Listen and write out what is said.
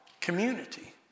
community